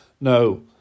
No